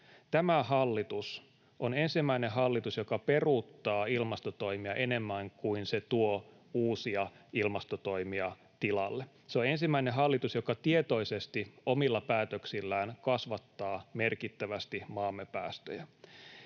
Tämä hallitus on ensimmäinen hallitus, joka peruuttaa ilmastotoimia enemmän kuin se tuo uusia ilmastotoimia tilalle. Se on ensimmäinen hallitus, joka tietoisesti omilla päätöksillään kasvattaa merkittävästi maamme päästöjä.